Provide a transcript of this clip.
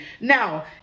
Now